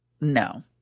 No